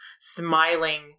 smiling